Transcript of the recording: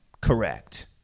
correct